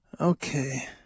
Okay